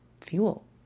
fuel